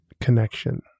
connection